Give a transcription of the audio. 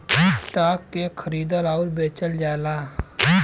stock के खरीदल आउर बेचल जाला